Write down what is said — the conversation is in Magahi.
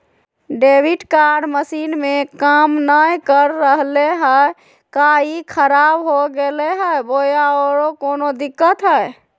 डेबिट कार्ड मसीन में काम नाय कर रहले है, का ई खराब हो गेलै है बोया औरों कोनो दिक्कत है?